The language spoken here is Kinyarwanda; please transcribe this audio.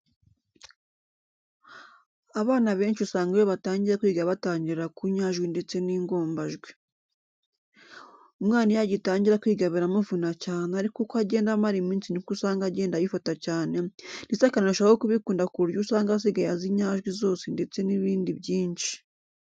Abana benshi usanga iyo batangiye kwiga batangirira ku nyajwi ndetse n'ingombajwi. Umwana iyo agitangira kwiga biramuvuna cyane ariko uko agenda amara iminsi niko usanga agenda abifata cyane, ndetse akanarushaho kubikunda ku buryo buryo usanga asigaye azi inyajwi zose ndetse n'ibindi byinshi.